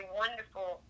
wonderful